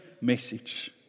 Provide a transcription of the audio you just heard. message